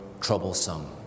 troublesome